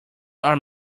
are